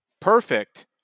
Perfect